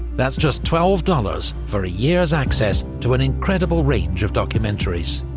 that's just twelve dollars for a year's access to an incredible range of documentaries.